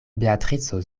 beatrico